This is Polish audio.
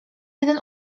jeden